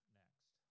next